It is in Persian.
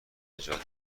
نجات